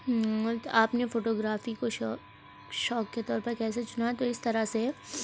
آپ نے فوٹوگرافی کو شوق شوق کے طور پر کیسے چنا تو اس طرح سے